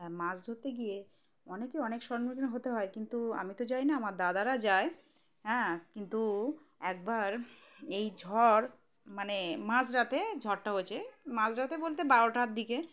হ্যাঁ মাছ ধরতে গিয়ে অনেকে অনেক সম্মুখীন হতে হয় কিন্তু আমি তো যাই না আমার দাদারা যায় হ্যাঁ কিন্তু একবার এই ঝড় মানে মাঝরাতে ঝড়টা হচ্ছে মাঝরাতে বলতে বারোটার দিকে